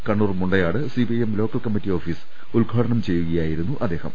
Kannur Mundayad CPIM local committee office ഉദ്ഘാടനം ചെയ്യുകയായിരുന്നു അദ്ദേ ഹം